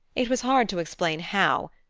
it was hard to explain how,